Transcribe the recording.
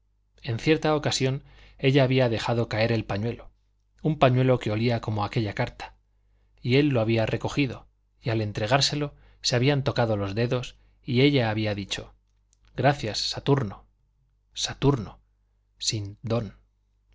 en cierta ocasión ella había dejado caer el pañuelo un pañuelo que olía como aquella carta y él lo había recogido y al entregárselo se habían tocado los dedos y ella había dicho gracias saturno saturno sin don